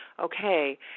okay